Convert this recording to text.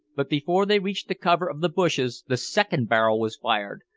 but before they reached the cover of the bushes the second barrel was fired,